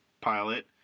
pilot